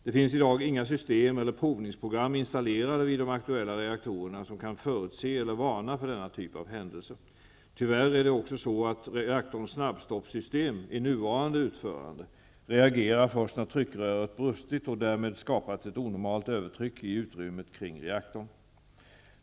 Det finns i dag inga system eller provningsprogram installerade vid de aktuella reaktorerna som kan förutse eller varna för denna typ av händelser. Tyvärr är det också så att reaktorns snabbstoppssystem, i nuvarande utförande, reagerar först när tryckröret brustit och därmed skapat ett onormalt övertryck i utrymmet kring reaktorn.